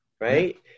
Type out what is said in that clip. right